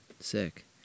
Sick